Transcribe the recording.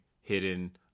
hidden